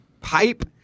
pipe